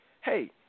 hey